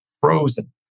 Frozen